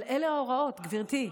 אבל אלה ההוראות, גברתי.